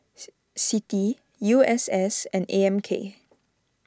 Citi U S S and A M K